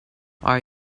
are